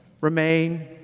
Remain